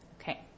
Okay